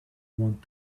want